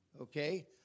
Okay